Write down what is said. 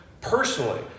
Personally